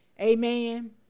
Amen